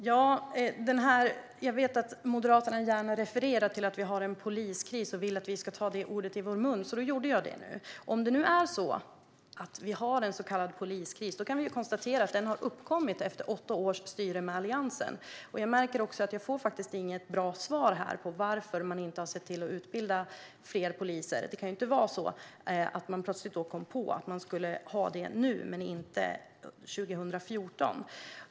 Fru talman! Jag vet att Moderaterna gärna refererar till att vi har en poliskris och vill att vi ska ta det ordet i vår mun, så nu gjorde jag det. Om det nu är så att vi har en så kallad poliskris, då kan vi konstatera att den har uppkommit efter åtta års styre av Alliansen. Jag märker också att jag inte får något bra svar på varför man inte har sett till att utbilda fler poliser. Det kan ju inte vara så att man plötsligt kom på att man skulle ha det nu men inte 2014.